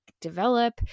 develop